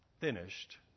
finished